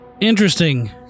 Interesting